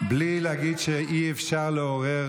ולא באופן של הרשתות החברתיות.